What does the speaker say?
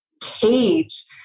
cage